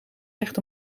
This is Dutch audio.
echt